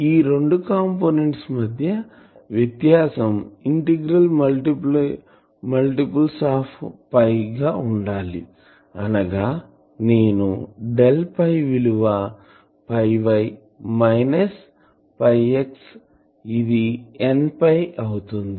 ఆ రెండు కంపోనెంట్స్ మధ్య వ్యత్యాసం ఇంటెగ్రల్ మల్టిపుల్ ఆఫ్ ఫై గా ఉండాలి అనగా నేను డెల్ ఫై విలువ y మైనస్ x ఇది n అవుతుంది